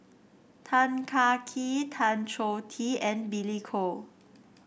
Tan Kah Kee Tan Choh Tee and Billy Koh